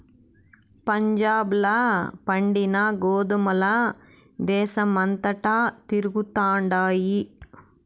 పంజాబ్ ల పండిన గోధుమల దేశమంతటా తిరుగుతండాయి